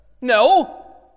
No